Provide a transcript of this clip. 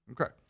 Okay